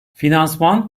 finansman